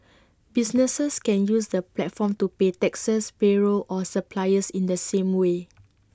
businesses can use the platform to pay taxes payroll or suppliers in the same way